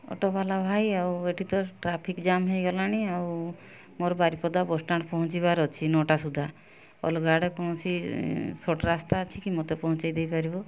ଅଟୋବାଲା ଭାଇ ଆଉ ଏଠି ତ ଟ୍ରାଫିକ୍ ଜାମ୍ ହୋଇଗଲାଣି ଆଉ ମୋର ବାରିପଦା ବସ୍ ଷ୍ଟାଣ୍ଡ୍ ପହଞ୍ଚିବାର ଅଛି ନଅଟା ସୁଦ୍ଧା ଅଲଗା ଆଡ଼େ କୌଣସି ସର୍ଟ୍ ରାସ୍ତା ଅଛି କି ମୋତେ ପହଞ୍ଚେଇ ଦେଇପାରିବ